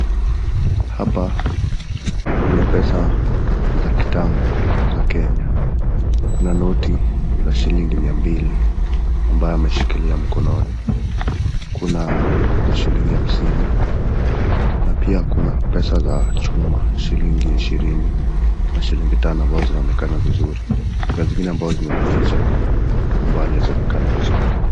Hapa kuna pesa za kitambo za Kenya. Kuna noti za shilingi mia mbili ambayo ameshikilia mkononi, kuna za shilingi hamsini na pia kuna pesa za chuma, shilingi ishirini na shilingi tano ambazo zinaonekana vizuri. Kuna zingine ambazo zimejificha ambazo hazionekani vizuri.